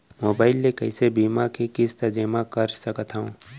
Mobile ले कइसे बीमा के किस्ती जेमा कर सकथव?